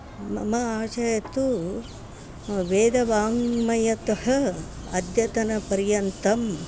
मम आशये तु वेदवाङ्मयतः अद्यतनपर्यन्तम्